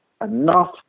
enough